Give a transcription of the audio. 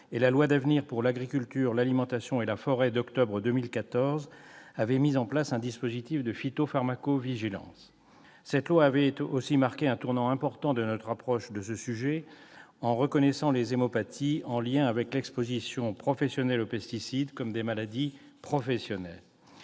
et la loi d'avenir pour l'agriculture, l'alimentation et la forêt d'octobre 2014 avait mis en place un dispositif de phytopharmacovigilance. Cette loi avait aussi marqué un tournant important de notre approche de ce sujet, en reconnaissant les hémopathies en lien avec l'exposition professionnelle aux pesticides comme des maladies professionnelles.